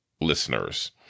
listeners